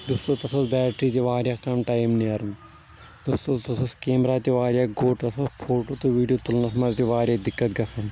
دوستو تتھ اوس بیٹری تہِ واریاہ کم ٹایِم نیران دوستو تتھ اوس کیمرا تہِ واریاہ گوٚٹ تتھ ٲس فوٹو تہٕ ویڈیو تُلنس منٛز تہِ واریاہ دِکت گژھان